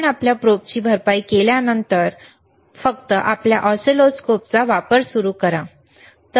आपण आपल्या प्रोबची भरपाई केल्यानंतर नंतर फक्त आपल्या ऑसिलोस्कोपचा वापर सुरू करा ठीक आहे